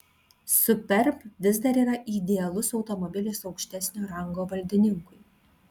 superb vis dar yra idealus automobilis aukštesnio rango valdininkui